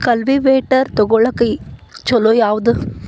Cultivator ತೊಗೊಳಕ್ಕ ಛಲೋ ಯಾವದ?